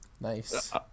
Nice